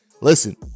listen